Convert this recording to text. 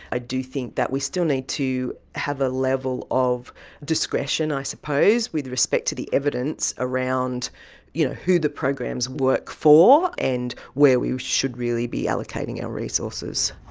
i do think that we still need to have a level of discretion i suppose with respect to the evidence around you know who the programs work work for and where we should really be allocating our resources.